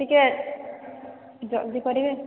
ଟିକିଏ ଜଲ୍ଦି କରିବେ